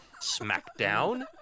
SmackDown